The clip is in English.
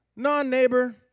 Non-neighbor